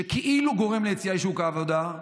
שכאילו גורם ליציאה לשוק העבודה,